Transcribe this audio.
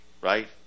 Right